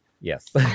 Yes